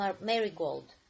marigold